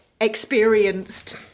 experienced